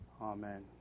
Amen